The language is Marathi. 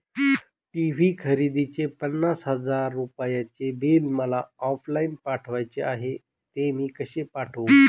टी.वी खरेदीचे पन्नास हजार रुपयांचे बिल मला ऑफलाईन पाठवायचे आहे, ते मी कसे पाठवू?